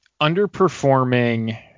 underperforming